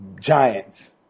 giants